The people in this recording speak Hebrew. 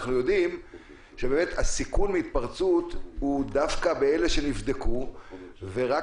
אנחנו יודעים שהסיכון להתפרצות הוא דווקא באלה שנבדקו ורק